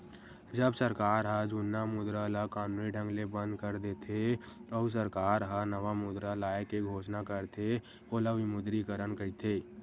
जब सरकार ह जुन्ना मुद्रा ल कानूनी ढंग ले बंद कर देथे, अउ सरकार ह नवा मुद्रा लाए के घोसना करथे ओला विमुद्रीकरन कहिथे